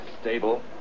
stable